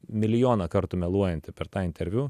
milijoną kartų meluojantį per tą interviu